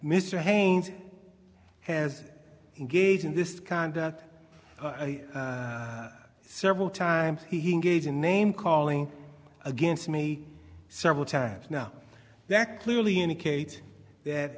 mr haynes has engaged in this conduct several times he engaged in name calling against me several times now that clearly indicate that